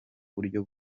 buryo